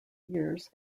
years